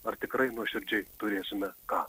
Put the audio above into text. ar tikrai nuoširdžiai turėsime ką